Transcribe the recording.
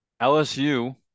LSU